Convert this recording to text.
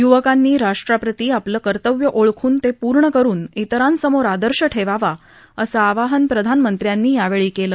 युवकांनी राष्ट्राप्रती आपलं कर्तव्य ओळखून ते पूर्ण करुन त्रिरांसाठी आदर्श निर्माण करावा असं आवाहान प्रधानमंत्र्यांनी यावेळी केलं